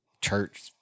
church